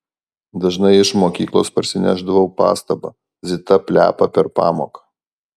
dažnai iš mokyklos parsinešdavau pastabą zita plepa per pamoką